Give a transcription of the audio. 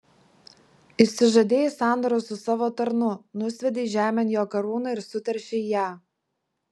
išsižadėjai sandoros su savo tarnu nusviedei žemėn jo karūną ir suteršei ją